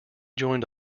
joined